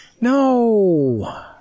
No